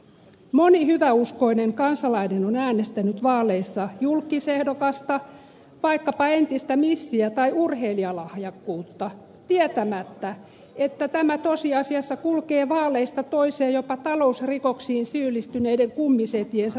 moni hyväuskoinen kansalainen on äänestänyt vaaleissa julkkisehdokasta vaikkapa entistä missiä tai urheilijalahjakkuutta tietämättä että tämä tosiasiassa kulkee vaaleista toiseen jopa talousrikoksiin syyllistyneiden kummisetiensä talutusnuorassa